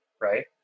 right